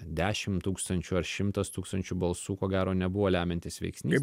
dešimt tūkstančių ar šimtas tūkstančių balsų ko gero nebuvo lemiantis veiksnys